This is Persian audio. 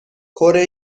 کره